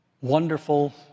Wonderful